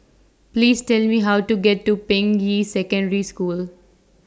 Please Tell Me How to get to Ping Yi Secondary School